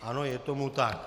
Ano, je tomu tak.